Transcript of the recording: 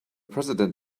president